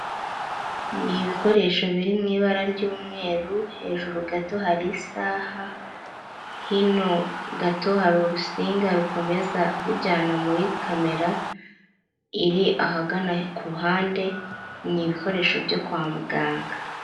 Ni ibikoresho biri mu ibara ry'umweru hejuru gato hari isaha, hino gato hari urusinga rukomeza rujyana muri kamera iri ahagana ku ruhande, ni ibikoresho byo kwa muganga.